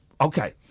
Okay